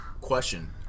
question